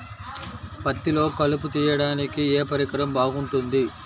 పత్తిలో కలుపు తీయడానికి ఏ పరికరం బాగుంటుంది?